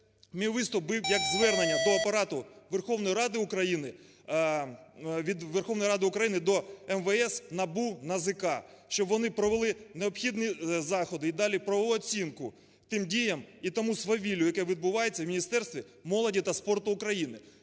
мій виступ був як звернення до Апарату Верховної Ради України… від Верховної Ради до МВС, НАБУ, НАЗК, щоб вони провели необхідні заходи і дали правову оцінку тим діям і тому свавіллю, яке відбувається в Міністерстві молоді та спорту України.